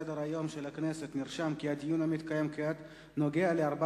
סדר-היום של הכנסת נרשם כי הדיון המתקיים כעת נוגע לארבע